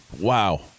wow